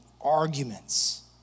arguments